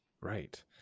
Right